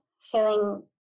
feeling